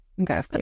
Okay